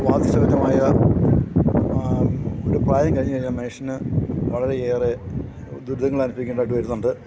വാര്ധക്യ സഹജമായ ഒരുപ്രായം കഴിഞ്ഞുകഴിഞ്ഞാല് മനുഷ്യനു വളരെയേറെ ദുരിതങ്ങൾ അനുഭവിക്കേണ്ടതായിട്ടു വരുന്നുണ്ട്